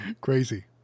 Crazy